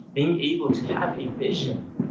being able to have a vision,